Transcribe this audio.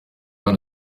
hano